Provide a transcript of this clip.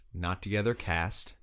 NotTogetherCast